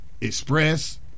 express